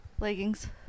Leggings